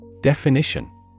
Definition